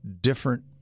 different